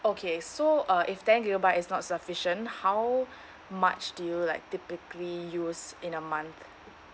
okay so uh if ten gigabyte is not sufficient how much do you like typically use in a month